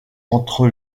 entre